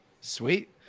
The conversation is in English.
Sweet